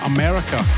America